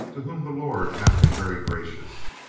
to whom the lord hath been very gracious.